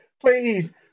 Please